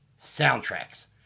soundtracks